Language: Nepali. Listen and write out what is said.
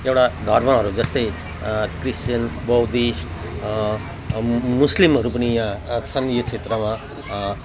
एउटा धर्महरू जस्तै क्रिस्चियन बुद्धिस्ट म मुस्लिमहरू पनि यहाँ छन् यो क्षेत्रमा